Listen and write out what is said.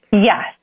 yes